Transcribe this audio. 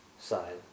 side